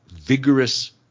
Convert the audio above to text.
vigorous